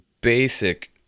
basic